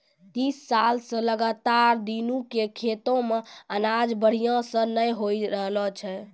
तीस साल स लगातार दीनू के खेतो मॅ अनाज बढ़िया स नय होय रहॅलो छै